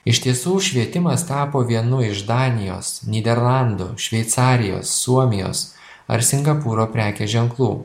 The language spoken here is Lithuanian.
iš tiesų švietimas tapo vienu iš danijos nyderlandų šveicarijos suomijos ar singapūro prekės ženklų